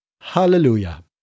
Hallelujah